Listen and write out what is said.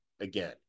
again